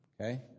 Okay